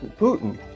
Putin